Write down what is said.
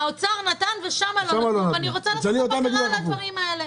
האוצר נתן ושם לא נתנו ואני רוצה לעשות בקרה על הדברים האלה.